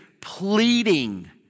pleading